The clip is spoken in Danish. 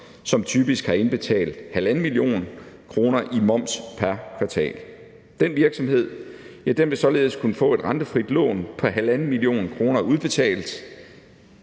som typisk har indbetalt 1,5 mio. kr. i moms pr. kvartal. Den virksomhed vil således kunne få et rentefrit lån på 1,5 mio. kr. udbetalt